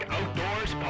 Outdoors